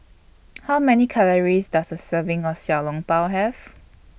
How Many Calories Does A Serving of Xiao Long Bao Have